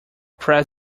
press